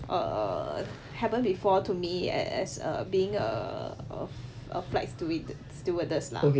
err happened before to me a~ as err being err of a flight steward~ stewardess lah